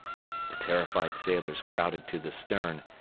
the terrified sailors crowded to the stern,